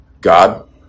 God